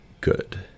good